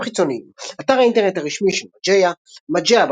חיצוניים אתר האינטרנט הרשמי של Mageia Mageia,